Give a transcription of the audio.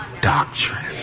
doctrine